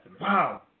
Wow